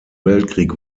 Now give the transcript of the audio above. weltkrieg